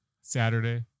Saturday